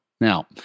Now